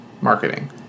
marketing